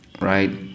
Right